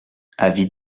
avis